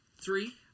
three